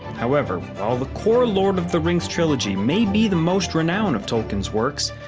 however, while the core lord of the rings trilogy may be the most renowned of tolkien's works,